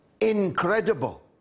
Incredible